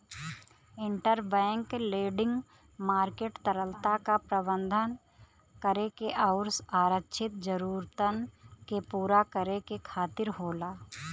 interbank lending market तरलता क प्रबंधन करे आउर आरक्षित जरूरतन के पूरा करे खातिर होला